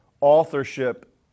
authorship